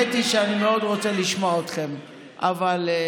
נשאר בביתו, לא סיגל לעצמו שום מנעמי שלטון, למעט,